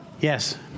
Yes